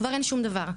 כבר אין שום דבר,